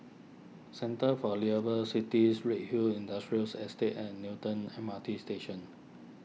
Centre for Liveable Cities Redhill Industrial Estate and Newton M R T Station